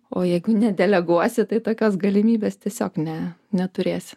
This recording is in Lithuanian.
o jeigu nedeleguosi tai tokios galimybės tiesiog ne neturėsi